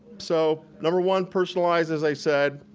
so number one, personalized as i said.